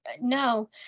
no